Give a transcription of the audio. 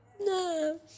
no